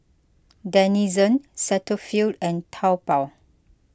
Denizen Cetaphil and Taobao